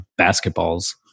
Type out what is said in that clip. basketballs